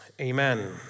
amen